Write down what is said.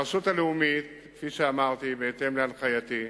הרשות הלאומית, כפי שאמרתי, בהתאם להנחייתי,